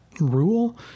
rule